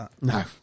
no